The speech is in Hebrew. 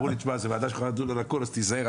אמרו לי תשמע זו ועדה שיכולה לדון על הכול אז תיזהר.